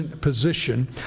position